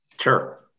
Sure